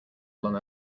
along